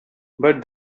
but